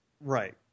Right